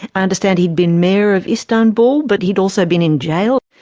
i understand he'd been mayor of istanbul, but he'd also been in jail?